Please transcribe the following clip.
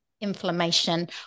inflammation